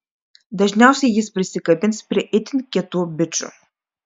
dažniausiai jis prisikabins prie itin kietų bičų